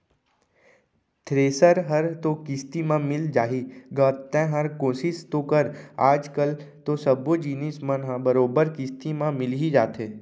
thresher हर तो किस्ती म मिल जाही गा तैंहर कोसिस तो कर आज कल तो सब्बो जिनिस मन ह बरोबर किस्ती म मिल ही जाथे